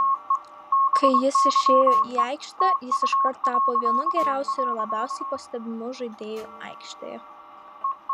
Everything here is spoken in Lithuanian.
kai jis išėjo į aikštę jis iškart tapo vienu geriausiu ir labiausiai pastebimu žaidėju aikštėje